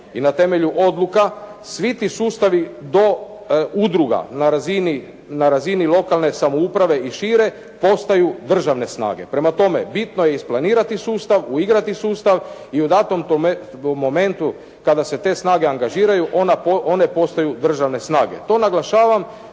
i na temelju odluka, svi ti sustavi do udruga na razini lokalne samouprave i šire, postaju državne snage. Prema tome bitno je isplanirati sustav, uigrati sustav i u datom momentu kada se te snage angažiraju one postaju državne snage. To naglašavam